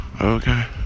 Okay